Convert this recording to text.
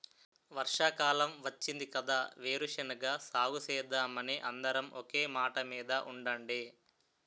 వర్షాకాలం వచ్చింది కదా వేరుశెనగ సాగుసేద్దామని అందరం ఒకే మాటమీద ఉండండి